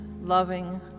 loving